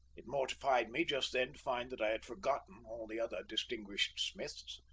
it mortified me just then find that i had forgotten all the other distinguished smiths.